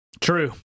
True